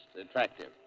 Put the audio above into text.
attractive